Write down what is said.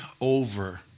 over